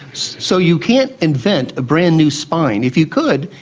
so you can't invent a brand-new spine. if you could,